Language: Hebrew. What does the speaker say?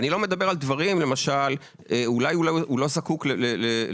אני לא מדבר על דברים כמו זה שאולי הוא לא זקוק לזכאויות